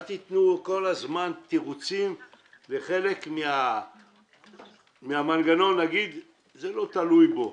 אל תתנו כל הזמן תירוצים לחלק מהמנגנון להגיד שזה לא תלוי בו.